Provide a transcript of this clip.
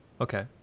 Okay